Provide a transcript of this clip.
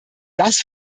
das